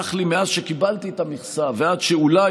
לקח לי מאז שקיבלתי את המכסה ועד שאולי,